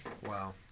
Wow